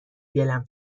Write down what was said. دلم